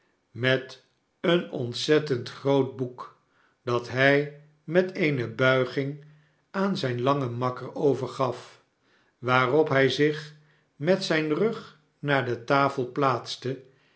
met een ontzettend groot boek dat hij met eene bulging aan zijn langen makker overgaf waarop hij zich met zijn rug naar de tafel plaatste